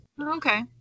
Okay